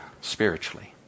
spiritually